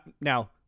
now